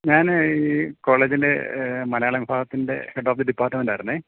ഞാൻ ഈ കോളേജിന്റെ മലയാളം വിഭാഗത്തിന്റെ ഹെഡി ഓഫ് തി ഡിപാർട്ട്മെൻറായിരുന്നു